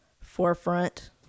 forefront